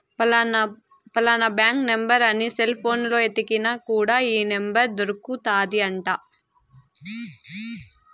ఫలానా bank number అని cell పోనులో ఎతికిన కూడా ఈ నెంబర్ దొరుకుతాది అంట